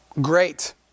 great